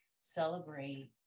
celebrate